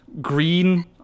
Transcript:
green